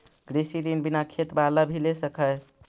कृषि ऋण बिना खेत बाला भी ले सक है?